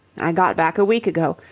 i got back a week ago,